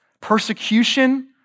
persecution